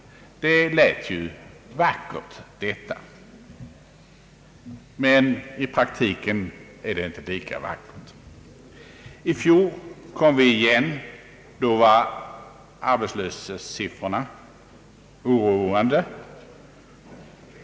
Detta lät vackert, men i praktiken är det inte lika vackert för dem som drabbas. I fjol kom vi igen. Då var arbetslöshetssiffrorna oroande.